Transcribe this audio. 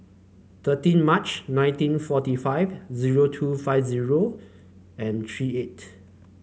thirteen March nineteen forty five zero two five zero and three eight